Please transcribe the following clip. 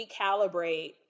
recalibrate